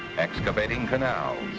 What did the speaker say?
excavating canals.